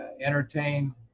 entertain